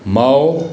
माओ